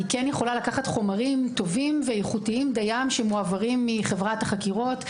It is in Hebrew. היא כן יכולה לקחת חומרים טובים ואיכותיים שמועברים מחברת החקירות.